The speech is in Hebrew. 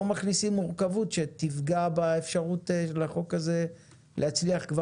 מכניסים מורכבות שתפגע באפשרות של החוק הזה להצליח.